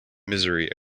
misery